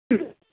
हुँ